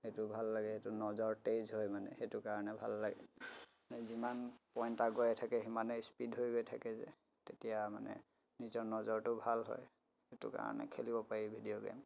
সেইটো ভাল লাগে সেইটো নজৰ তেজ হয় মানে সেইটো কাৰণে ভাল লাগে যিমান পইণ্ট আগুৱাই থাকে সিমানেই স্পীড হৈ গৈ থাকে যে তেতিয়া মানে নিজৰ নজৰটো ভাল হয় সেইটো কাৰণে খেলিব পাৰি ভিডিঅ' গেম